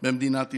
במדינת ישראל.